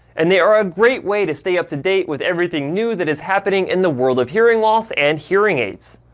and they are a great way to stay up to date with everything new that is happening in the world of hearing loss and hearing aids.